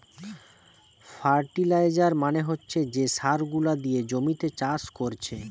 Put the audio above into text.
fertiliser মানে হচ্ছে যে সার গুলা দিয়ে জমিতে চাষ কোরছে